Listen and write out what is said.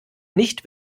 nicht